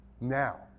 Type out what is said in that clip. now